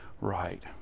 right